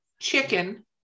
chicken